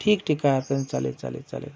ठीक ठीक आहे चालेल चालेल चालेल हाव